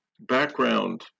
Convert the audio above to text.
background